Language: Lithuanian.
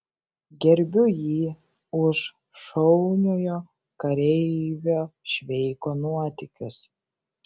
gerbiu jį už šauniojo kareivio šveiko nuotykius